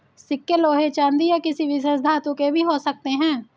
सिक्के लोहे चांदी या किसी विशेष धातु के भी हो सकते हैं